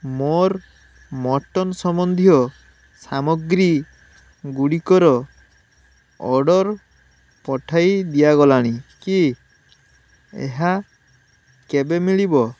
ମୋର୍ mutton ସମ୍ବନ୍ଧୀୟ ସାମଗ୍ରୀ ଗୁଡ଼ିକର ଅର୍ଡ଼ର୍ ପଠାଇ ଦିଆଗଲାଣି କି ଏହା କେବେ ମିଳିବ